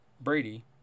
Brady